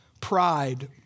pride